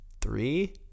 three